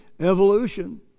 Evolution